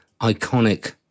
iconic